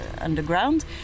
underground